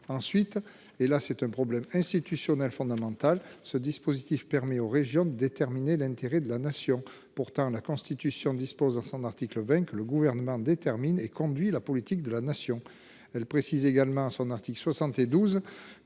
Ensuite, et là c'est un problème institutionnel fondamental. Ce dispositif permet aux régions déterminer l'intérêt de la nation. Pourtant la Constitution dispose dans son article 20 que le gouvernement détermine et conduit la politique de la nation. Elle précise également son article 72 que